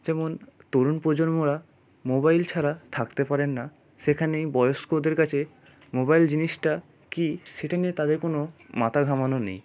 যেমন তরুণ প্রজন্মরা মোবাইল ছাড়া থাকতে পারেন না সেখানেই বয়স্কদের কাছে মোবাইল জিনিসটা কি সেটা নিয়ে তাদের কোনো মাথা ঘামানো নেই